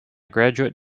graduate